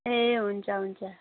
ए हुन्छ हुन्छ